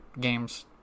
games